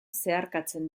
zeharkatzen